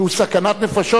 שהוא סכנת נפשות,